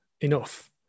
enough